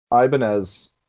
Ibanez